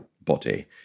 body